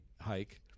hike